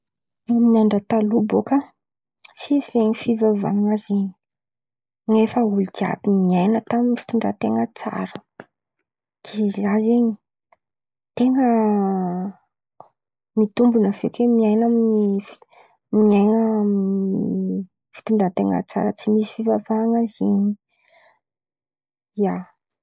Taminy andra taloha bôka tsisy zen̈y fivavahan̈a zen̈y nefa olo jiàby niain̈a taminy fitondran-ten̈a tsara ke zah zen̈y ten̈a mitombona feky miain̈a amin̈'ny miain̈a amin̈'ny fitondran-ten̈a tsara tsy misy fivavahan̈a zen̈y ia.